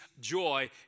joy